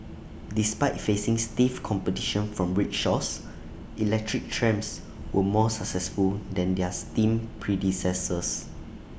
despite facing stiff competition from rickshaws electric trams were more successful than their steam predecessors